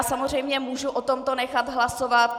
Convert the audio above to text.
Samozřejmě, mohu o tomto nechat hlasovat.